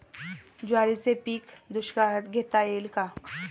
ज्वारीचे पीक दुष्काळात घेता येईल का?